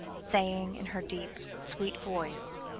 saying in her deep sweet voice